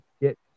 get